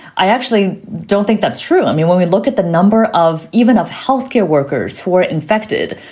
i actually don't think that's true. i mean, when we look at the number of even of health care workers for infected,